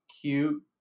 cute